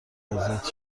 ازت